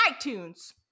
iTunes